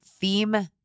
theme